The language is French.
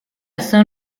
saint